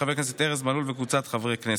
של חבר הכנסת ארז מלול וקבוצת חברי הכנסת,